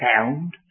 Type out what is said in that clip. found